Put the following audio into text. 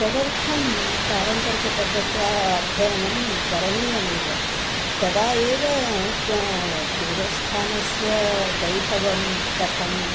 तदर्थं पारम्परिकपद्धत्या अध्ययनं करणीयमेव तदा एव देवस्थानस्य वैभवं कथम्